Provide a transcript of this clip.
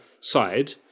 side